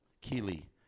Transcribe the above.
keely